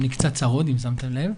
היה לי חשוב לבוא.